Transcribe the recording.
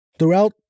Throughout